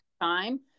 Time